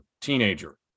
teenager